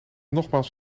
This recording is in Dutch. nogmaals